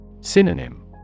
Synonym